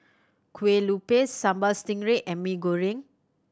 Kueh Lupis Sambal Stingray and Mee Goreng